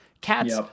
cats